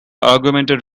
augmented